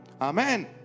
Amen